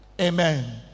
Amen